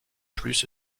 plus